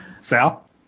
Sal